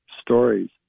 stories